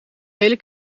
hele